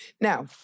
Now